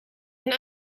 een